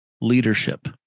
leadership